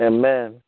Amen